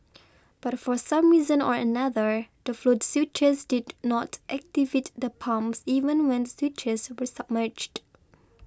but for some reason or another the float switches did not activate the pumps even when the switches were submerged